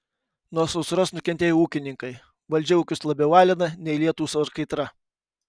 nuo sausros nukentėję ūkininkai valdžia ūkius labiau alina nei lietūs ar kaitra